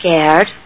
scared